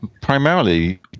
primarily